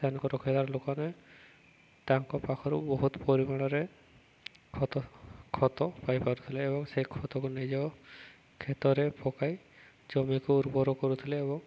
ସେମାନଙ୍କୁ ରଖେଇବାର ଲୋକମାନେ ତାଙ୍କ ପାଖରୁ ବହୁତ ପରିମାଣରେ ଖତ ଖତ ପାଇପାରୁଥିଲେ ଏବଂ ସେ ଖତକୁ ନିଜ କ୍ଷେତରେ ପକାଇ ଜମିକୁ ଉର୍ବର କରୁଥିଲେ ଏବଂ